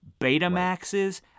Betamaxes –